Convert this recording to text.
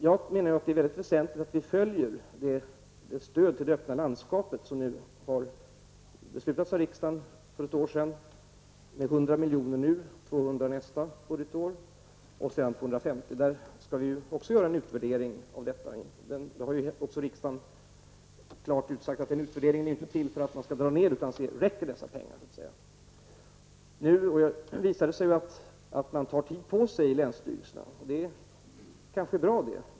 Jag menar att det är mycket väsentligt att vi följer det beslut som riksdagen fattade för ett år sedan om stöd till det öppna landskapet med 100 milj.kr. nu, 200 milj.kr. nästa budgetår och sedan 250 milj.kr. Vi skall även göra en utvärdering av detta. Riksdagen har ju klart uttalat att den utvärderingen inte är till för att man skall dra ner, utan för att man skall se om pengarna räcker. Nu visar det sig att länsstyrelserna tar tid på sig och det är kanske bra.